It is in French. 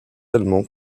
allemands